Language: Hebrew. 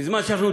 בזמן שאנחנו,